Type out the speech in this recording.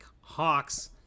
Hawks